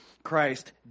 Christ